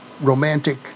romantic